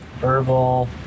Herbal